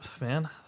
man